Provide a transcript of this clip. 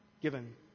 given